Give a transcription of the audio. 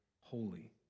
holy